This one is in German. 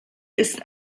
ist